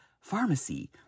pharmacy